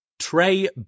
Trey